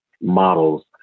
models